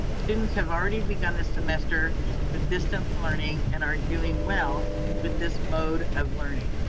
students have already begun this semester with distance learning and are doing well with this mode of learning.